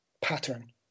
pattern